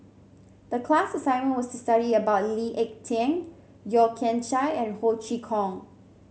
the class assignment was to study about Lee Ek Tieng Yeo Kian Chye and Ho Chee Kong